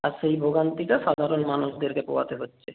আর সেই ভোগান্তিটা সাধারণ মানুষদেরকে পোহাতে হচ্ছে